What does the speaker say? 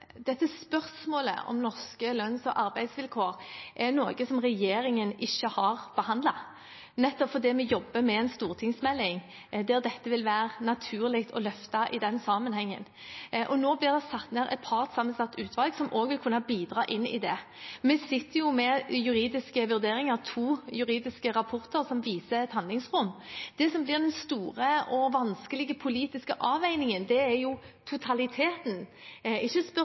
arbeidsvilkår, er noe som regjeringen ikke har behandlet, nettopp fordi vi jobber med en stortingsmelding der dette vil være naturlig å løfte fram i den sammenhengen. Nå blir det satt ned et partssammensatt utvalg som også vil kunne bidra inn i det. Vi sitter jo med juridiske vurderinger, to juridiske rapporter, som viser et handlingsrom. Det som blir den store og vanskelige politiske avveiningen, er totaliteten – ikke spørsmålet om det er